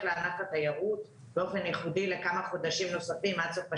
לענף התיירות באופן ייחודי לכמה חודשים נוספים עד סוף השנה,